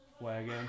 wagon